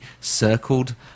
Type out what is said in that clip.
circled